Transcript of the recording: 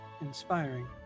inspiring